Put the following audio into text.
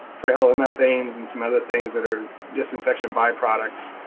trihalomethanes and some other things that are just infection byproducts.